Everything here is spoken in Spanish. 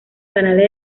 canales